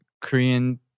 Korean